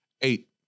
eight